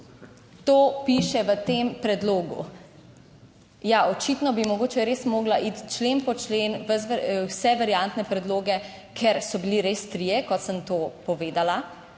To piše v tem predlogu. Ja, očitno bi mogoče res morala iti člen po člen v vse variantne predloge, ker so bili res trije, kot sem to povedala,